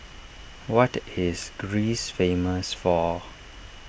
what is Greece famous for